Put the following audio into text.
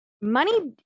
money